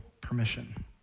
permission